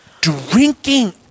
drinking